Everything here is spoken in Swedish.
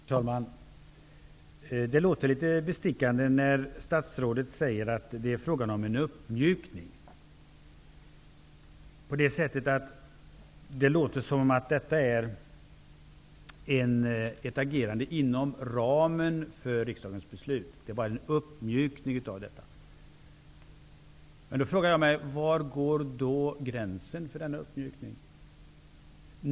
Herr talman! Det låter litet bestickande när statsrådet säger att det är fråga om en uppmjukning. Det låter som om detta är ett agerande inom ramen för riksdagens beslut. Det är bara en uppmjukning av detta. Var går då gränsen för denna uppmjukning?